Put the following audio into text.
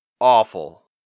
awful